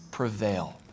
prevail